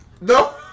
No